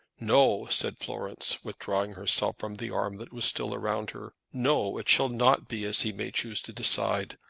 no, said florence, withdrawing herself from the arm that was still around her. no it shall not be as he may choose to decide.